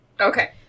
Okay